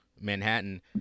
Manhattan